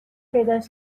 پیداش